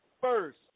first